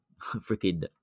freaking